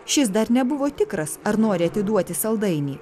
šis dar nebuvo tikras ar nori atiduoti saldainį